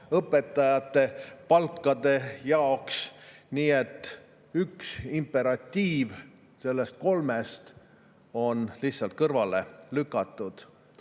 õpetajate palkade jaoks. Nii et üks imperatiiv neist kolmest on lihtsalt kõrvale lükatud.